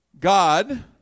God